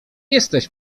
jesteś